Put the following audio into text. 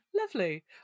Lovely